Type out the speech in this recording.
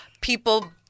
people